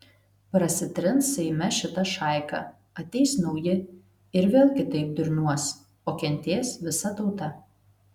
prasitrins seime šita šaika ateis nauji ir vėl kitaip durniuos o kentės visa tauta